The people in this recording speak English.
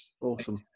Awesome